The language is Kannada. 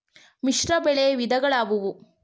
ಮಿಶ್ರಬೆಳೆ ವಿಧಗಳಾವುವು?